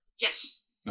Yes